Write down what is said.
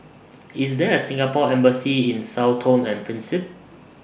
IS There A Singapore Embassy in Sao Tome and Principe